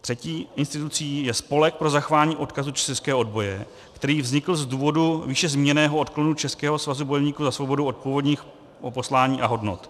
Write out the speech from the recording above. Třetí institucí je Spolek pro zachování odkazu českého odboje, který vznikl z důvodu výše zmíněného odklonu Českého svazu bojovníků za svobodu od původního poslání a hodnot.